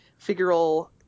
figural